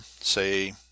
say